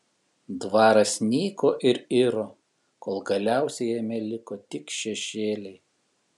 dvaras nyko ir iro kol galiausiai jame liko tik šešėliai